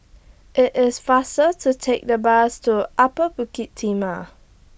IT IS faster to Take The Bus to Upper Bukit Timah